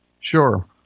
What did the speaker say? sure